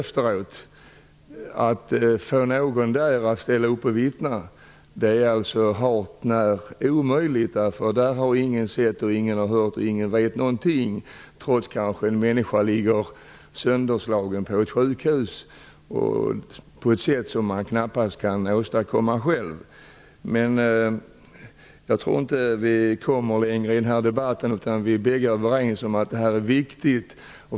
Att då få någon att ställa upp och vittna är hart när omöjigt. Ingen har sett eller hört någonting. Ingen vet någonting, trots att en människa kanske ligger sönderslagen på ett sjukhus på ett sätt som man knappast kan åstadkomma själv. Jag tror inte att vi kommer längre i den här debatten. Vi är båda överens om att detta är viktigt.